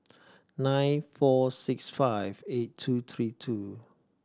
nine four six five eight two three two